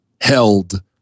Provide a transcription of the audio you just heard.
held